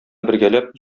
бергәләп